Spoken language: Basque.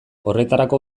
horretarako